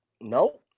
no